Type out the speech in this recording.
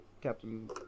Captain